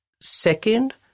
Second